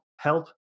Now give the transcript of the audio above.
help